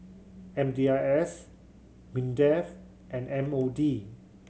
M D I S MINDEF and M O D